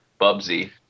Bubsy